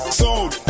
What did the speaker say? sold